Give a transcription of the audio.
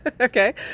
Okay